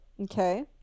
Okay